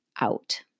out